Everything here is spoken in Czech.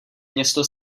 město